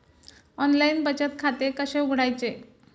Online बचत खाते कसे उघडायचे?